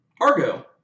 Argo